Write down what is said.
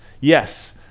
Yes